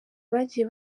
bagiye